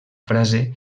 frase